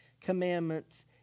commandments